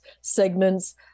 segments